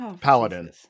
Paladin